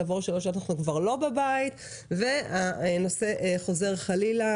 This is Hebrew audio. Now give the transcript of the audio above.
כעבור שלוש שעות אנחנו כבר לא בבית והנושא חוזר חלילה.